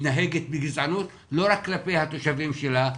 מתנהגת בגזענות לא רק כלפי התושבים שלה.